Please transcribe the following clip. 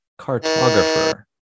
cartographer